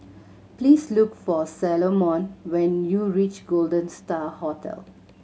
please look for Salomon when you reach Golden Star Hotel